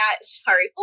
Sorry